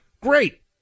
Great